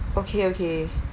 okay okay